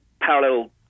parallel